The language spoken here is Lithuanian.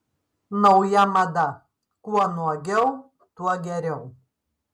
nauja mada kuo nuogiau tuo geriau